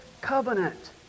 covenant